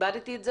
כיבדתי את זה,